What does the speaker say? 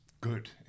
good